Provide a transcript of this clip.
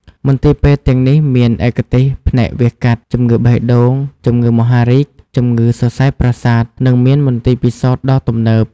មន្ទីរពេទ្យទាំងនេះមានឯកទេសផ្នែកវះកាត់ ជំងឺបេះដូង ជំងឺមហារីក ជំងឺសរសៃប្រសាទ និងមានមន្ទីរពិសោធន៍ដ៏ទំនើប។